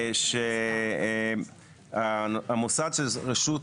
שמוסד רשות